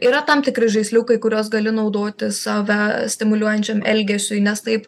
yra tam tikri žaisliukai kuriuos gali naudoti save stimuliuojančiam elgesiui nes taip